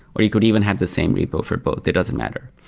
or you could even have the same repo for both, it doesn't matter.